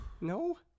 No